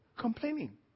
Complaining